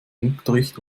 unterricht